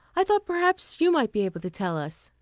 i thought perhaps you might be able to tell us.